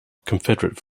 confederate